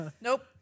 Nope